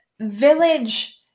village